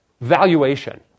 valuation